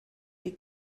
die